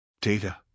Data